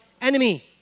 enemy